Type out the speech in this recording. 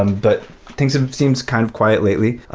um but things seems kind of quiet lately.